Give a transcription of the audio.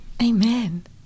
Amen